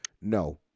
no